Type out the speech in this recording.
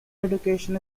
education